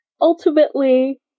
ultimately